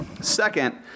Second